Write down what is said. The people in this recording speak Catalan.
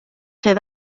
ser